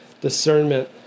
discernment